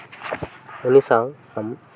ᱩᱱᱤ ᱥᱟᱶ